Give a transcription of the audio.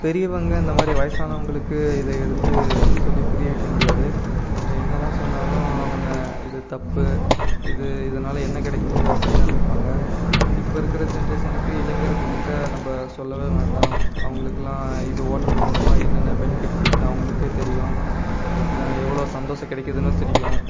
பெரியவங்க இந்தமாதிரி வயதானவங்களுக்கு இதை எடுத்து சொல்லி புரிய வைக்க முடியாது நம்ம என்ன தான் சொன்னாலும் அவங்க இது தப்பு இது இதனால் என்ன கிடைக்க போகுது அப்படின்தான் நினப்பாங்க இப்போருக்குற ஜெண்ட்ரேஷனுக்கு இளைஞர்கள்கிட்ட நம்ம சொல்லவே வேண்டாம் அவங்களுக்குலான் இது ஓட்டுறது மூலமாக என்னென்ன பெனிஃபிட்ஸ் இருக்குன்னு அவங்குளுக்கே தெரியும் எவ்வளோ சந்தோஷம் கிடைக்குதுன்னும் தெரியும்